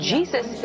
Jesus